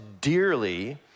dearly